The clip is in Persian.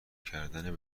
کردن